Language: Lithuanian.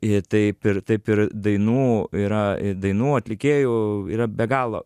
i taip ir taip ir dainų yra i dainų atlikėjų yra be galo